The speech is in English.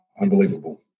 Unbelievable